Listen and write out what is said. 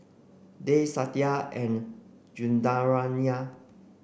Dev Satya and